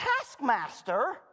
taskmaster